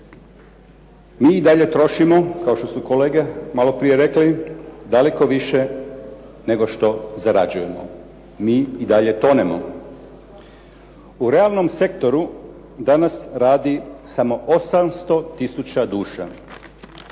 Mi i dalje trošimo kao što su kolege malo prije rekli daleko više nego što zarađujemo. Mi i dalje tonemo. U realnom sektoru danas radi samo 800000 duša.